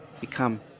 become